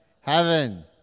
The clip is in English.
Heaven